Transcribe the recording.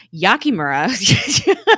Yakimura